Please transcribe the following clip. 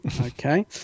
Okay